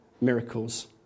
miracles